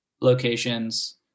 locations